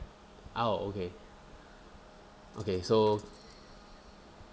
!ah! okay okay so